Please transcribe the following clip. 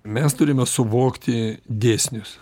mes turime suvokti dėsnius